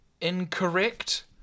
incorrect